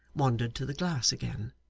wandered to the glass again.